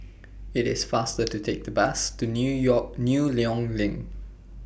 IT IS faster to Take The Bus to New York New Loyang LINK